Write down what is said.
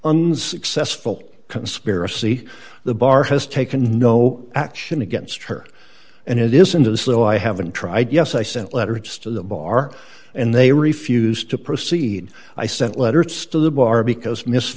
unsuccessful conspiracy the bar has taken no action against her and it isn't as though i haven't tried yes i sent letters to the bar and they refused to proceed i sent letters to the bar because miss